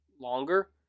longer